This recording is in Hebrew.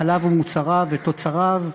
החלב ומוצריו ותוצריו,